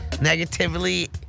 negatively